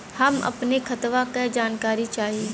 हम अपने खतवा क जानकारी चाही?